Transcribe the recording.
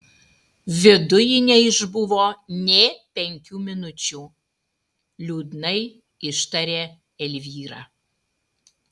viduj ji neišbuvo nė penkių minučių liūdnai ištarė elvyra